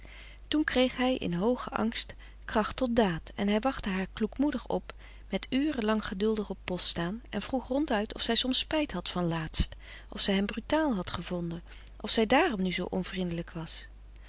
toen kreeg hij in hooge angst kracht tot daad en hij wachtte haar kloekmoedig op met uren lang geduldig op post staan en vroeg ronduit of zij soms spijt had van laatst of zij hem brutaal had gevonden of zij daarom nu zoo onvrindelijk was